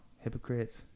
hypocrites